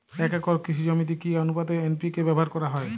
এক একর কৃষি জমিতে কি আনুপাতে এন.পি.কে ব্যবহার করা হয়?